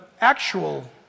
actual